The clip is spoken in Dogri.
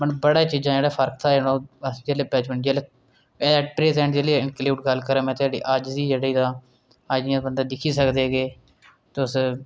मतलब बड़ी चीजें दा फर्क हा जेह्ड़ा ओह् अस जेल्लै बचपन च जेल्लै प्रेजेंट जेल्लै इन्कलूड गल्ल करां में जेह्ड़ी अज्ज दी जेह्ड़ी तां अज्ज ते बंदे दिक्खी सकदे केह् तुस